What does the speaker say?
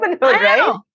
right